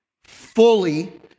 fully